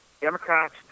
Democrats